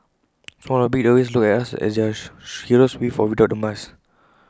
small or big they always look at us as their heroes with or without the mask